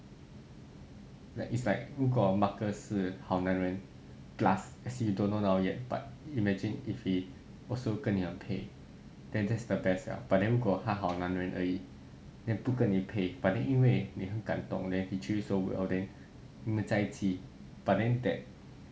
like it's like 如果 marcus 是好男人 plus as you don't know now yet but imagine if he also 跟你很配 then that's the best lah but then 如果他好男人而已 then 不跟你配 but then 因为你很感动 then 你 choose lor 你们在一起 but then that that